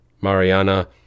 Mariana